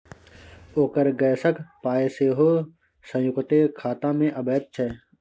ओकर गैसक पाय सेहो संयुक्ते खातामे अबैत छै